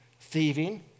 thieving